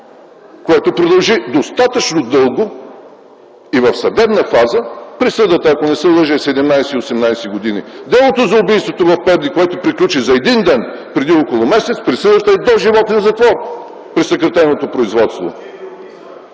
което продължи достатъчно дълго и в съдебна фаза, а присъдата, ако не се лъжа, е 17-18 години, а делото за убийството в Перник, което приключи за един ден преди около месец, присъдата е доживотен затвор при съкратеното производство.